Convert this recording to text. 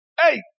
Hey